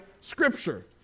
Scripture